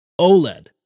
OLED